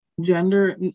gender